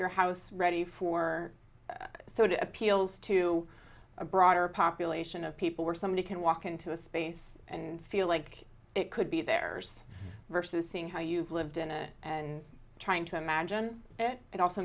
your house ready for so it appeals to a broader population of people we're somebody can walk into a space and feel like it could be there versus seeing how you've lived in it and trying to imagine it it also